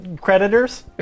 creditors